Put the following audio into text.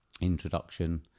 introduction